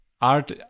art